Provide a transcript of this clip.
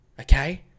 okay